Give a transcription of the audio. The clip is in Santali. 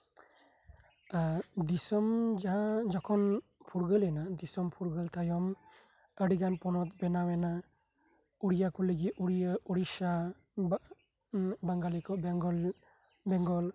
ᱫᱤᱥᱚᱢ ᱡᱚᱠᱷᱚᱱ ᱯᱷᱩᱨᱜᱟᱹᱞ ᱮᱱᱟ ᱫᱤᱥᱚᱢ ᱯᱷᱩᱨᱜᱟᱹᱞ ᱛᱟᱭᱚᱢ ᱟᱹᱰᱤᱜᱟᱱ ᱯᱚᱱᱚᱛ ᱵᱮᱱᱟᱣ ᱮᱱᱟ ᱩᱲᱤᱭᱟ ᱠᱚ ᱞᱟᱹᱜᱤᱫ ᱩᱲᱤᱥᱥᱟ ᱵᱟᱝᱜᱟᱞᱤ ᱠᱚᱣᱟᱜ ᱵᱮᱝᱜᱚᱞ